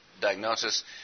diagnosis